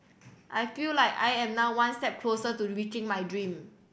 I feel like I am now one step closer to reaching my dream